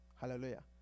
Hallelujah